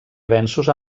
avenços